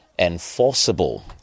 Enforceable